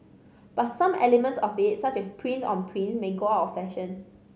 but some elements of it such as prints on prints may go out of fashion